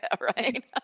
right